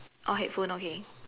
oh headphone okay